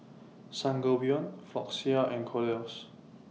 Sangobion Floxia and Kordel's